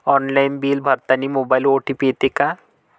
Online bill भरतानी मोबाईलवर OTP येते का?